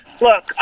Look